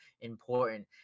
important